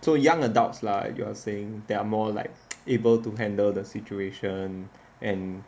so young adults lah you are saying they're more like able to handle the situation and